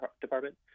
Department